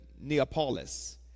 Neapolis